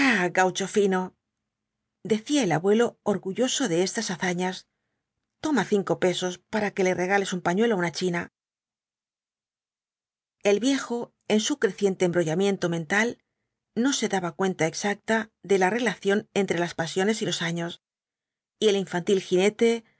gaucho fino decía el abuelo orgulloso de estas hazañas toma cinco pesos para que le regales un pañuelo á una china el viejo en su creciente embrollamiento mental no se daba cuenta exacta de la relación entre las pasiones y los años y el infantil jinete